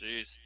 jeez